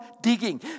digging